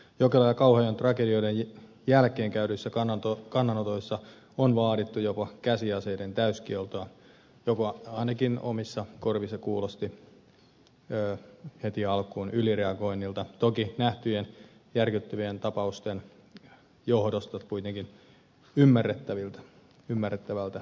jokelan ja kauhajoen tragedioiden jälkeen esitetyissä kannanotoissa on vaadittu jopa käsiaseiden täyskieltoa joka ainakin omissa korvissani kuulosti heti alkuun ylireagoinnilta toki nähtyjen järkyttävien tapausten johdosta kuitenkin ymmärrettävältä reagoinnilta